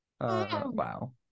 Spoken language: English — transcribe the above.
wow